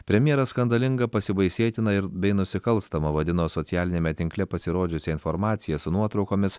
premjeras skandalinga pasibaisėtina ir bei nusikalstama vadino socialiniame tinkle pasirodžiusią informaciją su nuotraukomis